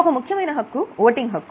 ఒక ముఖ్యమైన హక్కు ఓటింగ్ హక్కు